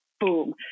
boom